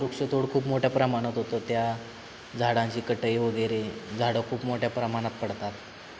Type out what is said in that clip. वृक्षतोड खूप मोठ्या प्रमाणात होतं त्या झाडांची कटई वगैरे झाडं खूप मोठ्या प्रमाणात पडतात